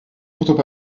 pourtant